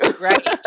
Right